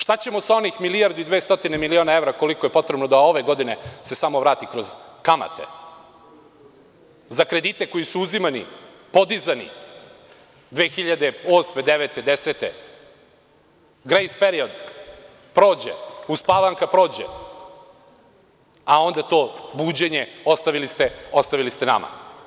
Šta ćemo sa onih milijardu i 200 miliona evra koliko je potrebno da ove godine se samo vrati kroz kamate za kredite koji su uzimani, podizani 2008, 2009, 2010. godine, grejs period prođe, uspavanka prođe, a onda to buđenje ostavili ste nama.